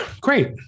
great